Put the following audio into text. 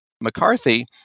McCarthy